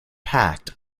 packed